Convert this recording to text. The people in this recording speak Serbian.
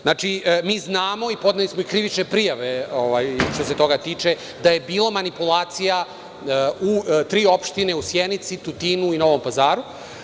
Znači, mi znamo, i podneli smo krivične prijave što se toga tiče, da je bilo manipulacija u tri opštine, u Sjenici, Tutinu i Novom Pazaru.